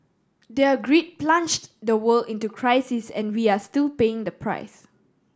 their greed plunged the world into crisis and we are still paying the price